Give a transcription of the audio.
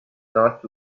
not